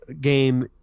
game